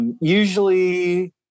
usually